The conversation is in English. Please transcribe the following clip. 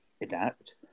ADAPT